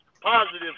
positive